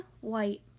white